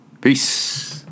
peace